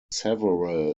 several